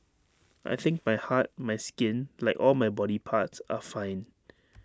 I think my heart my skin like all my body parts are fine